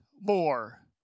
more